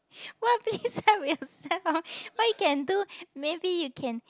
what please help yourself what you can do maybe you can